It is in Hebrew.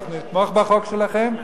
אנחנו נתמוך בחוק שלכם,